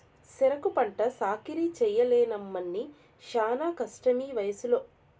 సెరుకు పంట సాకిరీ చెయ్యలేనమ్మన్నీ శానా కష్టమీవయసులో